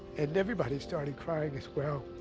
and everybody started crying as well.